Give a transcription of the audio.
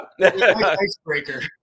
icebreaker